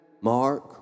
Mark